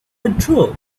withdraw